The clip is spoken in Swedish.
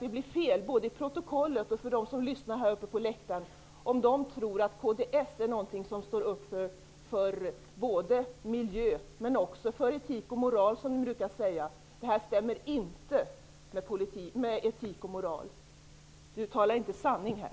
Det blir fel både i protokollet och för dem som lyssnar på läktaren om de tror att kds står upp både för miljö och för etik och moral, som ni brukar säga. Det här stämmer inte med etik och moral. Carl Olov Persson talar inte sanning här.